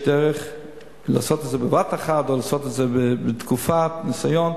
יש דרך לעשות את זה בבת-אחת או לעשות את זה לתקופת ניסיון.